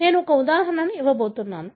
నేను ఒక ఉదాహరణ ఇవ్వబోతున్నాను